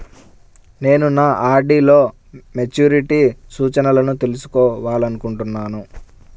నేను నా ఆర్.డీ లో మెచ్యూరిటీ సూచనలను తెలుసుకోవాలనుకుంటున్నాను